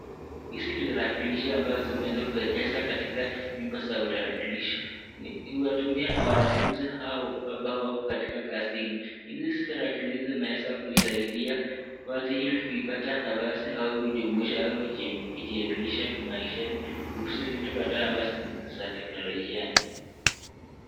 Hizi ni tarakilishi ambayo zimeweza kuegezwa katika nyumba za utarakilishi. Inatumiwa na wanafunzi hao ambao wako katika kazini. Hizi tarakilishi inaweza kuisaidia watu ili kuipata nafasi au kujumuisha au kujielimisha kimaishani kuhusu vitu kadhaa ambazo ni za teknologiani.